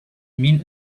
mean